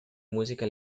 música